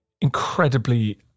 incredibly